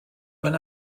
when